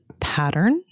Pattern